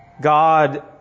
God